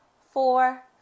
four